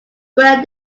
where